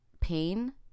pain